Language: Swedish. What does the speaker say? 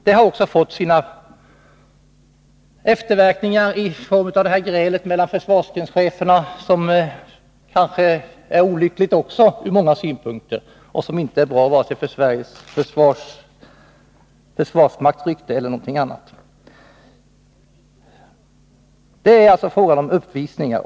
Det har också fått efterverkningar i form av det nu pågående grälet mellan försvarsgrenscheferna, vilket är olyckligt både med hänsyn till Sveriges försvarsmakts rykte och på annat sätt. Det är alltså fråga om uppvisningar.